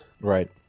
right